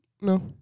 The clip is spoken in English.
No